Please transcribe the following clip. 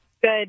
Good